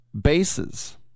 bases